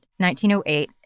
1908